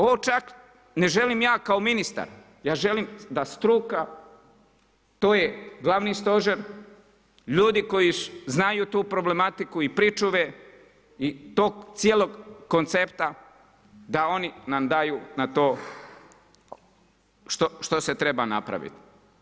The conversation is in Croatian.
Ovo čak ne želim ja kao ministar, ja želim da struka to je glavni stožer, ljudi koji znaju tu problematiku i pričuve i tog cijelog koncepta da oni nam daju na to što se treba napraviti.